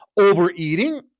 overeating